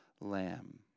lamb